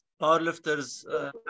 powerlifters